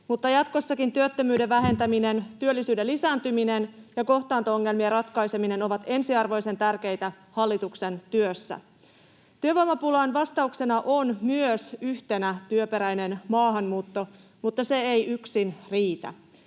jatkossakin työttömyyden vähentäminen, työllisyyden lisääntyminen ja kohtaanto-ongelmien ratkaiseminen ovat ensiarvoisen tärkeitä hallituksen työssä. Työvoimapulaan yhtenä vastauksena on myös työperäinen maahanmuutto, mutta se ei yksin riitä.